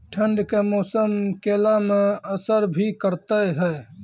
ठंड के मौसम केला मैं असर भी करते हैं?